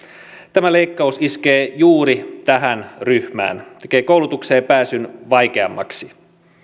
tämä leikkaus iskee juuri tähän ryhmään tekee koulutukseen pääsyn vaikeammaksi